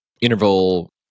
interval